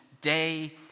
day